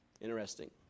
Interesting